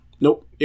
nope